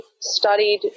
studied